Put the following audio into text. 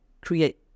create